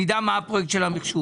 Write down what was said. שנדע מה הפרויקט של המחשוב.